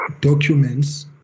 documents